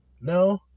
no